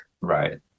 right